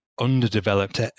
underdeveloped